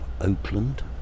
Oakland